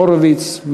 הורוביץ,